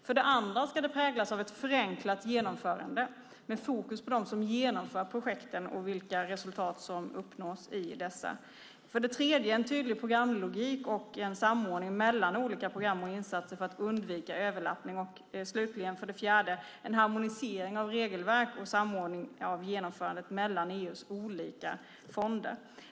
För det andra ska det präglas av ett förenklat genomförande med fokus på dem som genomför projekten och vilka resultat som uppnås i dessa. För det tredje ska det finnas en tydlig programlogik och en samordning mellan olika program och insatser för att undvika överlappning. För det fjärde, slutligen, behövs en harmonisering av regelverk och samordning av genomförandet mellan EU:s olika fonder.